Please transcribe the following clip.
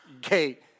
gate